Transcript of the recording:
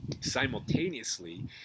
simultaneously